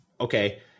okay